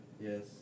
Yes